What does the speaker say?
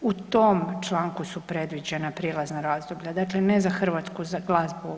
U tom članku su predviđena prijelazna razdoblja dakle, ne za hrvatsku glazbu.